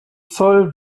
zoll